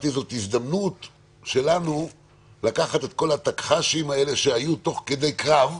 זאת הזדמנות שלנו לקחת את כל התקח"שים האלה שהיו תוך כדי קרב,